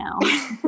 now